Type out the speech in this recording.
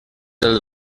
del